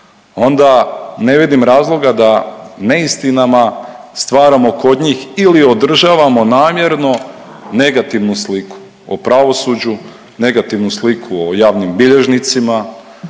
onda ne vidim razloga da neistinama stvaramo kod njih ili održavamo namjerno negativnu sliku o pravosuđu, negativnu sliku o javnim bilježnicima,